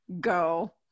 go